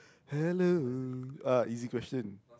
hello uh easy question